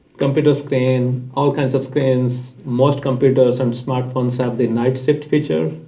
computer screen, all kinds of screens most computers and smart phones have the night feature,